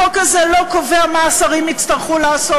החוק הזה לא קובע מה השרים יצטרכו לעשות,